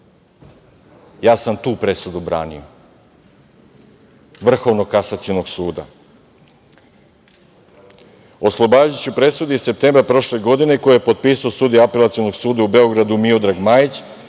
ja sam tu presudu branio Vrhovnog kasacionog suda, oslobađajućoj presudi septembra prošle godine, koju je potpisao sudija Apelacionog suda u Beogradu Miodrag Majić,